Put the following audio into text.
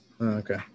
Okay